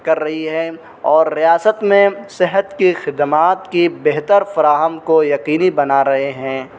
کر رہی ہیں اور ریاست میں صحت کی خدمات کی بہتر فراہم کو یقینی بنا رہے ہیں